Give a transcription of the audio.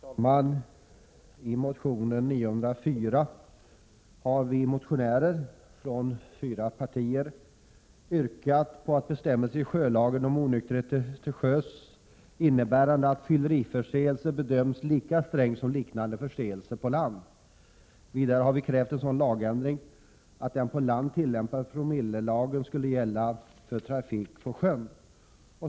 Herr talman! I motion L904 har vi motionärer från fyra partier yrkat att bestämmelser i sjölagen om onykterhet till sjöss skall införas, innebärande att fylleriförseelser där bedöms lika strängt som liknande förseelser på land. Vidare har vi krävt en sådan lagändring att den på land tillämpade promillelagen skulle gälla även för trafik på sjön.